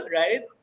right